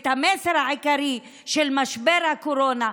ואת המסר העיקרי של משבר הקורונה,